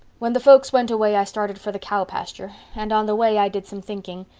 when the folks went away i started for the cow pasture and on the way i did some thinking.